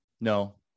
no